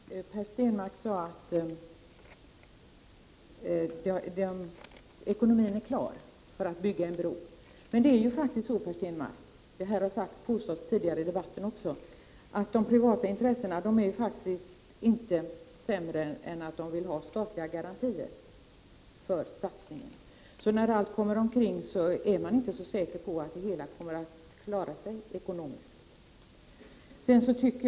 Herr talman! Per Stenmarck hävdade att det finns ekonomiska förutsättningar för att bygga en bro. Men de privata intressena, och detta har sagts tidigare i debatten, är faktiskt inte sämre än att de vill ha statliga garantier för denna satsning. När allt kommer omkring är man inte så säker på att det hela kommer att bära sig ekonomiskt.